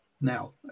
now